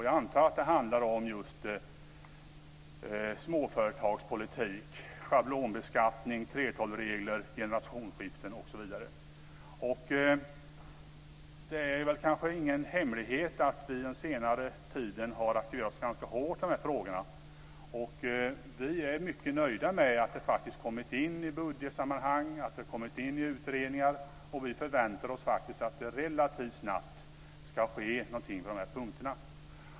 Jag antar att det handlade om just småföretagspolitik - schablonbeskattning, 3:12-regler, generationsskiften osv. Det är kanske ingen hemlighet att vi den senare tiden har aktiverat oss ganska hårt i de här frågorna. Vi är mycket nöjda med att detta faktiskt kommit in i budgetsammanhang och i utredningar. Vi förväntar oss att det relativt snabbt ska ske någonting på de här punkterna.